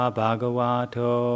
bhagavato